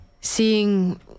seeing